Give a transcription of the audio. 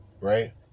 right